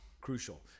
crucial